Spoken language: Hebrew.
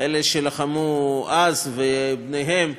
אלה שלחמו אז, ובניהם,